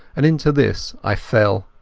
and into this i fell.